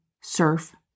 surf